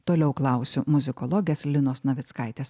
toliau klausiu muzikologės linos navickaitės